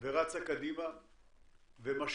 ורצה קדימה ומשקיעה